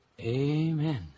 amen